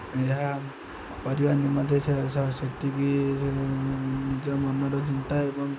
ଏହା କରିବା ନିମନ୍ତେ ସେ ସେତିକି ନିଜ ମନର ଚିନ୍ତା ଏବଂ